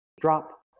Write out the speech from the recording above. Drop